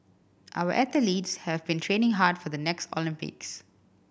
our athletes have been training hard for the next Olympics